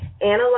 Analyze